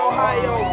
Ohio